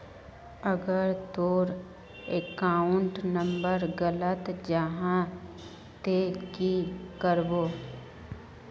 अगर तोर account number गलत जाहा ते की करबो?